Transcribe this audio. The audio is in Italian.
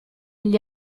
gli